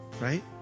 right